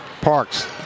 Parks